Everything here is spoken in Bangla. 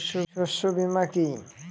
শস্য বীমা কি?